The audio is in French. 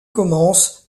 commence